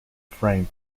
frame